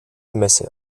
messe